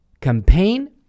Campaign